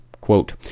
Quote